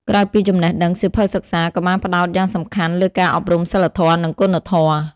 ក្រៅពីចំណេះដឹង សៀវភៅសិក្សាក៏បានផ្ដោតយ៉ាងសំខាន់លើការអប់រំសីលធម៌ និងគុណធម៌។